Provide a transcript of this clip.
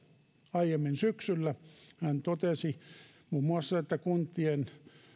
aiemmin syksyllä hän totesi muun muassa että kuntien